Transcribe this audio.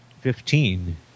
Fifteen